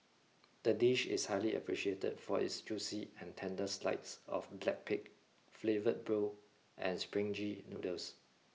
the dish is highly appreciated for its juicy and tender slides of black pig flavour and springy noodles